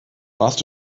warst